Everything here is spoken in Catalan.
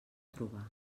trobar